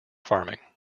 farming